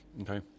Okay